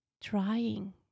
trying